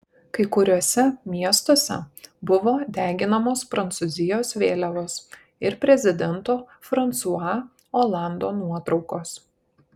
kai kuriuose miestuose buvo deginamos prancūzijos vėliavos ir prezidento fransua olando nuotraukos